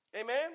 Amen